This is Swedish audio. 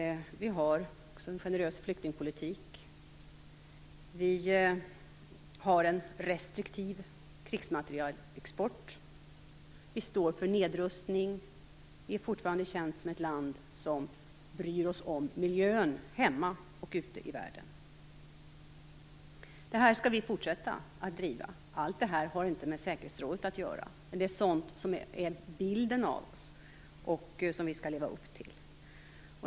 Vi har en generös flyktingpolitik. Vi har en restriktiv krigsmaterielexport. Vi står för nedrustning. Sverige är fortfarande känt som ett land som bryr sig om miljön hemma och ute i världen. Det här skall vi fortsätta att driva. Allt det här har inte med säkerhetsrådet att göra, men det är den bild som vi skall leva upp till.